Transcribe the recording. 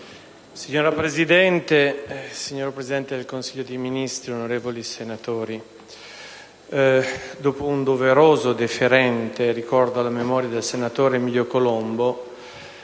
Signora Presidente, signor Presidente del Consiglio dei ministri, onorevoli senatori, dopo un doveroso e deferente ricordo alla memoria del senatore Emilio Colombo,